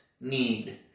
need